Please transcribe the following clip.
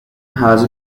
has